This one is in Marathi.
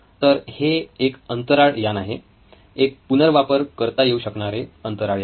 तर हे एक एक अंतराळ यान आहे एक पुनर्वापर करता येऊ शकणारे अंतराळ यान